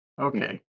Okay